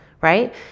right